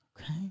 Okay